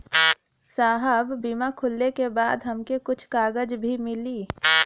साहब बीमा खुलले के बाद हमके कुछ कागज भी मिली?